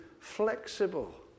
flexible